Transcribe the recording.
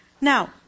Now